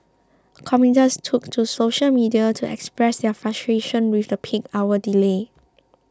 commuters took to social media to express their frustration with the peak hour delay